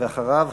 ואחריו,